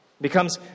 becomes